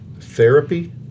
therapy